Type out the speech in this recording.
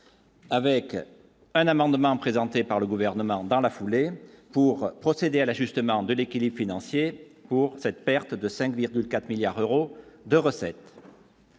Avec un amendement présenté par le gouvernement dans la foulée pour procéder à l'ajustement de l'équilibre financier pour cette perte de 5,4 milliards d'euros de recettes.